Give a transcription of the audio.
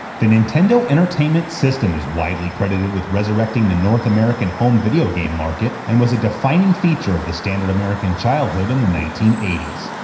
the nintendo entertainment system is widely credited with resurrecting the north american home video game market, and was a defining feature of the standard american childhood in the nineteen eighty s.